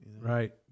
right